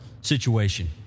situation